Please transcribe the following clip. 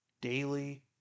daily